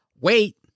wait